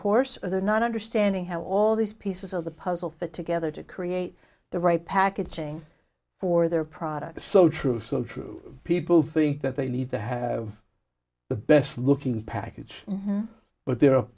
horse and they're not understanding how all these pieces of the puzzle fit together to create the right packaging for their product so true so true people think that they need to have the best looking package